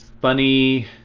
funny